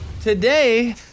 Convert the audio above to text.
Today